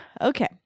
Okay